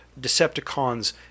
Decepticons